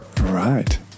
Right